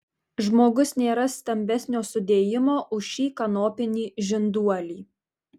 žmogus nėra stambesnio sudėjimo už šį kanopinį žinduolį